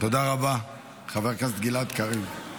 תודה רבה, חבר הכנסת גלעד קריב.